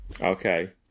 Okay